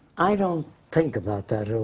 i don't think about that